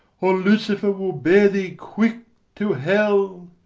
or lucifer will bear thee quick to hell!